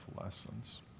lessons